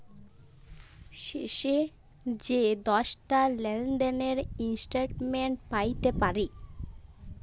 শেষ যে দশটা লেলদেলের ইস্ট্যাটমেল্ট প্যাইতে পারি